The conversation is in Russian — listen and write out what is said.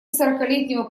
сорокалетнего